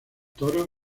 toros